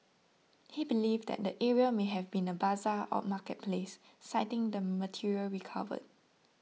he believed that the area may have been a bazaar or marketplace citing the material recovered